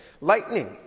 Lightning